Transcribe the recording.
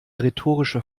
rhetorische